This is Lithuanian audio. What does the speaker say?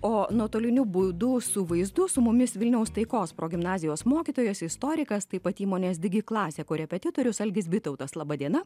o nuotoliniu būdu su vaizdu su mumis vilniaus taikos progimnazijos mokytojas istorikas taip pat įmonės digi klasė korepetitorius algis bitautas laba diena